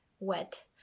wet